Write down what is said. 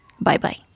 Bye-bye